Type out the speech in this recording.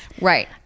right